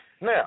Now